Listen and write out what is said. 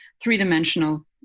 three-dimensional